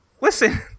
listen